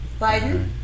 Biden